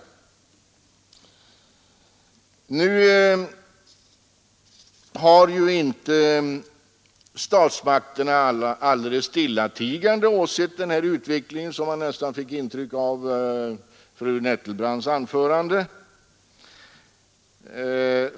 Nu har inte statsmakterna alldeles stillatigande åsett den här utvecklingen, vilket man nästan fick intryck av genom fru Nettelbrandts anförande.